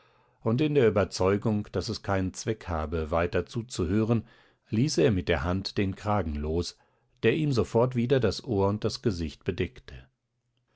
und in der überzeugung daß es keinen zweck habe weiter zuzuhören ließ er mit der hand den kragen los der ihm sofort wieder das ohr und das gesicht bedeckte